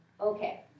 Okay